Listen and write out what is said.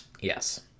Yes